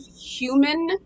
human